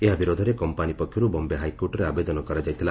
ଏହା ବିରୋଧରେ କମ୍ପାନୀ ପକ୍ଷରୁ ବମ୍ବେ ହାଇକୋର୍ଟରେ ଆବେଦନ କରାଯାଇଥିଲା